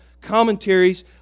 commentaries